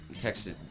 texted